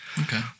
Okay